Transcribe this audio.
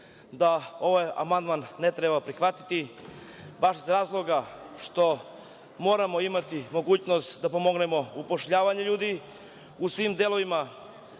da ovaj amandman ne treba prihvatiti, baš iz razloga što moramo imati mogućnost da pomognemo zapošljavanje ljudi u svim delovima